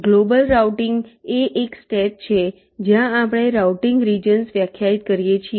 global routing એ એક step છે જ્યાં આપણે રાઉટીંગ રિજન્સ વ્યાખ્યાયિત કરીએ છીએ